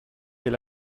est